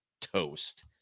toast